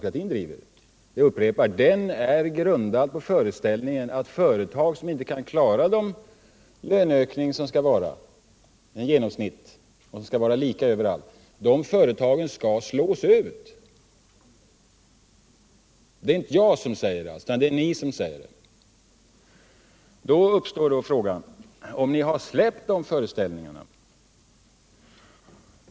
Jag upprepar att det är den som är grunden till föreställningen att de företag som inte kan klara sådana löneökningar att det blir lika lön överallt skall slås ut. Det är inte jag som säger det, utan det är ni som säger det. Och då uppstår frågan: Har ni nu släppt de föreställningarna?